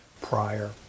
prior